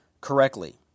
correctly